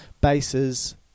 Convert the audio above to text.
bases